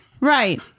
Right